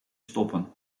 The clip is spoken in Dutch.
stoppen